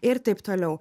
ir taip toliau